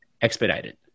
expedited